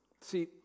See